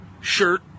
shirt